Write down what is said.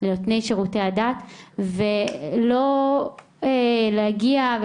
ולא להגיע,